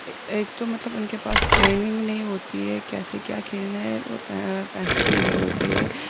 ایک تو مطلب ان کے پاس ٹریننگ نہیں ہوتی ہے کیسے کیا کھیلنا ہے اور پیسے بھی نہیں ہوتے ہیں